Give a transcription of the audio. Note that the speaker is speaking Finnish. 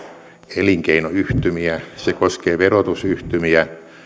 elinkeinoyhtymiä se koskee verotusyhtymiä